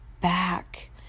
back